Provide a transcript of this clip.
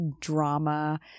drama